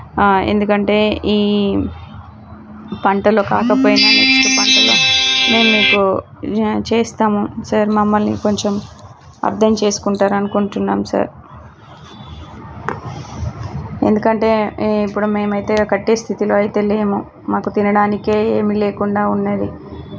ఎందుకంటే ఈ పంటలో కాకపోయిన నెక్స్ట్ పంటలో నేను మీకు చేస్తాము సార్ మమ్మల్ని కొంచెం అర్థం చేసుకుంటారు అనుకుంటున్నాం సార్ ఎందుకంటే ఇప్పుడు మేము అయితే కట్టే స్థితిలో అయితే లేము మాకు తినడానికి ఏమి లేకుండా ఉంది